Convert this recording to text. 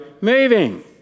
moving